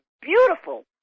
beautiful